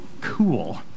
cool